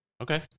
Okay